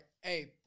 hey